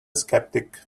sceptic